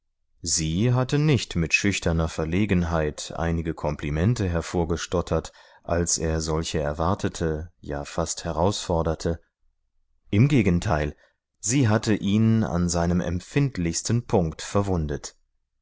sie hatte nicht mit schüchterner verlegenheit einige komplimente hervorgestottert als er solche erwartete ja fast herausforderte im gegenteil sie hatte ihn an seinem empfindlichsten punkt verwundet